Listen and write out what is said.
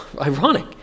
ironic